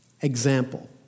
Example